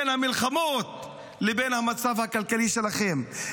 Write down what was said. בין המלחמות לבין המצב הכלכלי שלכם.